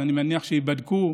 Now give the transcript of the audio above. אני מניח שייבדקו,